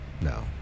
no